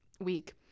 week